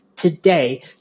Today